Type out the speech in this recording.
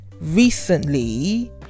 recently